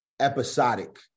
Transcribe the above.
episodic